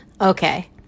Okay